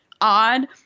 odd